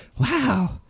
Wow